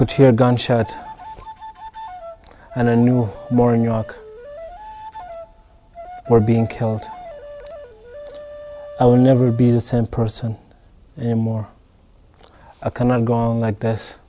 could hear gunshots and i knew more new york were being killed i will never be the same person and more i cannot go on like this